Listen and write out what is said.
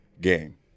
game